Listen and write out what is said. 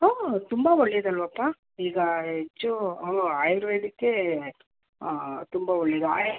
ಹೂಂ ತುಂಬ ಒಳ್ಳೇದು ಅಲ್ಲವಪ್ಪ ಈಗ ಹೆಚ್ಚು ಹಾಂ ಆಯುರ್ವೇದಿಕ್ಕೇ ತುಂಬ ಒಳ್ಳೆಯದು ಆಯ್